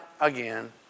again